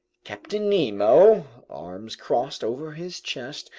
captain nemo, arms crossed over his chest,